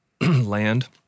land